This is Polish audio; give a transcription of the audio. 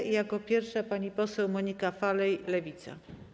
I jako pierwsza - pani poseł Monika Falej, Lewica.